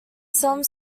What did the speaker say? some